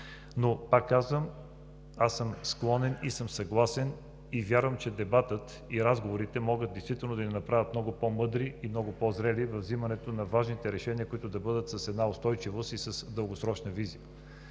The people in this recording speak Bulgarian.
Пак казвам: аз съм склонен и съм съгласен, и вярвам, че дебатът и разговорите могат действително да ни направят много по-мъдри и много по-зрели във взимането на важните решения, които да бъдат с една устойчивост и с дългосрочна визия.